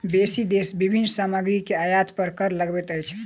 बेसी देश विभिन्न सामग्री के आयात पर कर लगबैत अछि